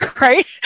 right